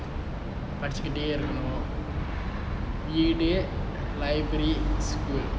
படிச்சிக்கிட்டே இருக்கனும் வீடு:padichikitte irukkanum veedu library school